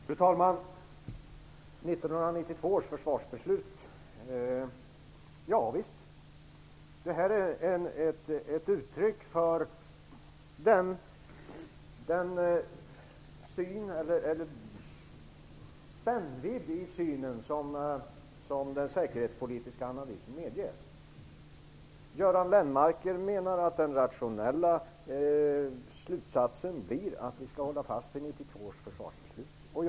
Fru talman! Göran Lennmarker tar upp 1992 års försvarsbeslut. Javisst; det här är ett uttryck för den spännvidd i synen som den säkerhetspolitiska analysen medger. Göran Lennmarker menar att den rationella slutsatsen blir att vi skall hålla fast vid 1992 års försvarsbeslut.